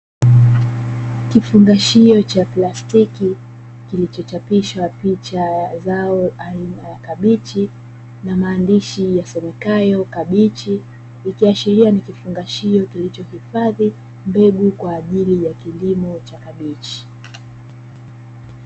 Kifungashio cha plastiki kilichochapishwa picha ya zao aina ya kabichi na maandishi yasomekayo "kabichi" ikiashiria ni kifungashio kilichohifadhi mbegu kwa ajili ya kilimo cha kabichi.